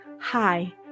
Hi